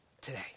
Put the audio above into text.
today